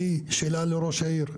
יש לי שאלה לראש העיר,